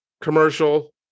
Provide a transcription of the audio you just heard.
commercial